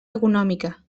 econòmica